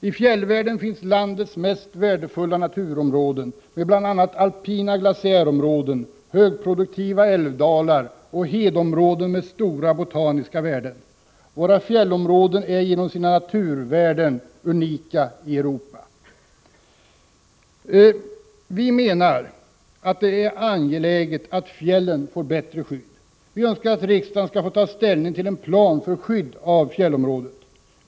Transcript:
I fjällvärlden finns landets mest värdefulla naturområden med bl.a. alpina glaciärområden, högproduktiva älvdalar och hedområden med stora botaniska värden. Våra fjällområden är genom sina naturvärden unika i Europa. Vi menar att det är angeläget att fjällen får bättre skydd. Vi önskar att riksdagen skall få ta ställning till en plan för skydd av fjällområdet.